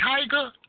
Tiger